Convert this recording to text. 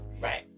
Right